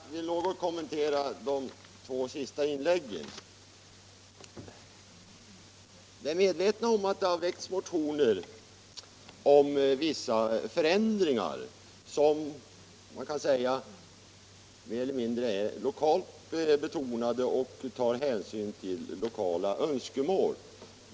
Nr 133 Herr talman! Jag vill något kommentera de två senaste inläggen. Torsdagen den Jag är medveten om att det har väckts motioner om vissa förändringar, 20 maj 1976 vilka motioner kan sägas vara mer eller mindre lokalt betonade, då de tar hänsyn till lokala önskemål.